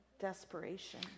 desperation